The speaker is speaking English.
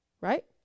right